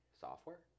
software